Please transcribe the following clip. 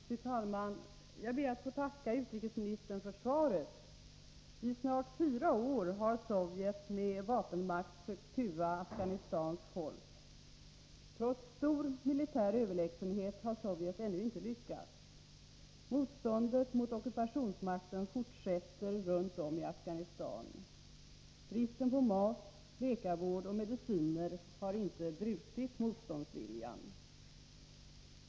Fru talman! Jag ber att få tacka utrikesministern för svaret. I snart fyra år har Sovjet med vapenmakt sökt kuva Afghanistans folk. Trots stor militär överlägsenhet har Sovjet ännu inte lyckats. Motståndet mot ockupationsmakten fortsätter runt om i Afghanistan. Bristen på mat, läkarvård och mediciner har inte brutit motståndsviljan.